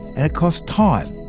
and it costs time.